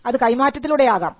അത് കൈമാറ്റത്തിലൂടെ ആകാം